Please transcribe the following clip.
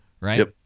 right